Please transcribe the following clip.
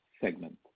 segment